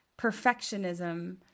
perfectionism